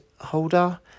Holder